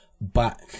back